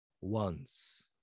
Once